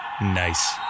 Nice